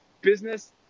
business